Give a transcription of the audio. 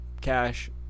cash